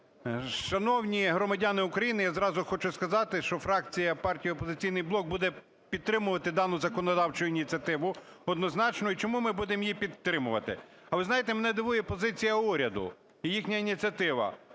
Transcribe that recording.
Шановні громадяни України, я зразу хочу сказати, що фракція партії "Опозиційний блок" буде підтримувати дану законодавчу ініціативу однозначно. І чому ми будемо її підтримувати? А ви знаєте, мене дивує позиція уряду, їхня ініціатива.